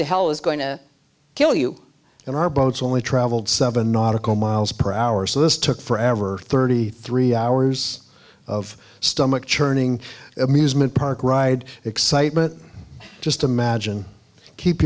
the hell is going to kill you and our boats only traveled seven nautical miles per hour so this took forever thirty three hours of stomach churning amusement park ride excitement just imagine keep